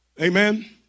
Amen